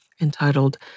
entitled